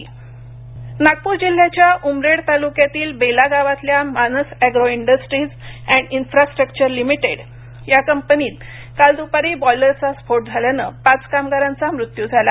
रूफोट नागपूर जिल्ह्याच्या उमरेड तालुक्यातील बेला गावातल्या Manas agro industries and infrastructure limited या कंपनीत काल द्पारी बॉयलरचा स्फोट झाल्यानं पाच कामगारांचा मृत्यू झाला